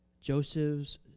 Joseph's